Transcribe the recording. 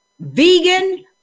vegan